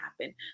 happen